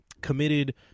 committed